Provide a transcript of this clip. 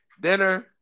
dinner